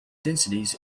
densities